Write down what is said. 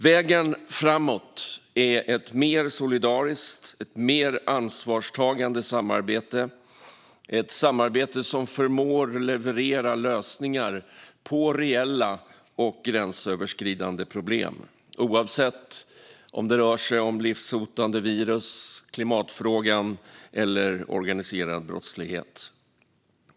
Vägen framåt är ett mer solidariskt och mer ansvarstagande samarbete, ett samarbete som förmår leverera lösningar på reella, gränsöverskridande problem oavsett om det rör sig om livshotande virus, klimatfrågan eller organiserad brottslighet.